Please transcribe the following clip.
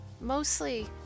mostly